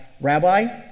Rabbi